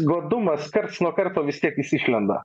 godumas karts nuo karto vis tiek jis išlenda